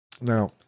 Now